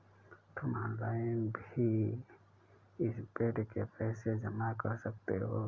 तुम ऑनलाइन भी इस बेड के पैसे जमा कर सकते हो